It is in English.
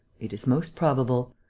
it is most probable.